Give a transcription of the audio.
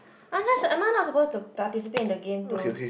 I'm just am I not supposed to participate in the game too